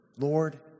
Lord